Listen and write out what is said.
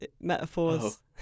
metaphors